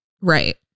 Right